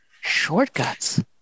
shortcuts